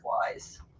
wise